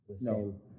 no